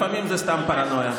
לפעמים זה סתם פרנויה.